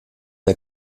der